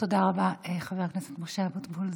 תודה רבה, חבר הכנסת משה אבוטבול.